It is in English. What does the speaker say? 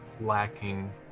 Lacking